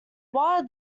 while